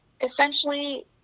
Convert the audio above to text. essentially